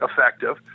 effective